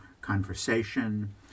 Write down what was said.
conversation